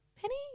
penny